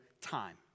time